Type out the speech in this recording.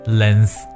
length